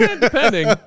Depending